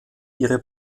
ihre